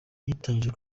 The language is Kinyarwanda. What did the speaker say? hatangijwe